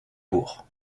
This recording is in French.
bourg